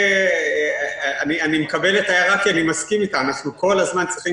אני מקבל את ההערה כי אני מסכים איתה: אנחנו כל הזמן צריכים